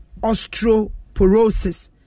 osteoporosis